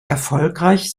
erfolgreich